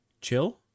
chill